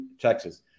Texas